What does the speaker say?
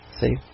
See